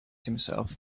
himself